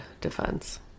defense